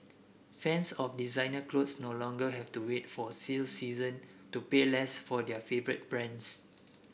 fans of designer clothes no longer have to wait for sale season to pay less for their favourite brands